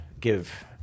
give